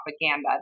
propaganda